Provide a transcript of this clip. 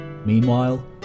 Meanwhile